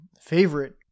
favorite